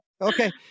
Okay